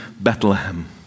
Bethlehem